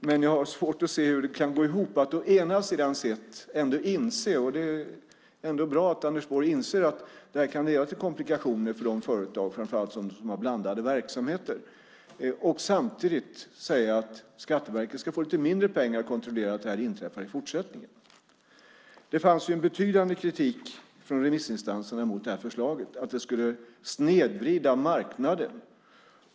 Men jag har svårt att se hur det kan gå ihop att å ena sidan inse, vilket är bra att Anders Borg gör, att det kan leda till komplikationer för framför allt de företag som har blandade verksamheter och å andra sidan samtidigt säga att Skatteverket ska få lite mindre pengar till att kontrollera att detta inte inträffar i fortsättningen. Det fanns en betydande kritik från remissinstanserna mot förslaget för att det skulle snedvridna marknaden.